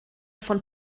von